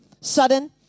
sudden